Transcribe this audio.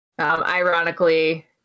Ironically